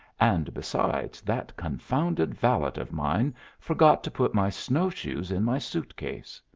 and, besides, that confounded valet of mine forgot to put my snowshoes in my suit-case.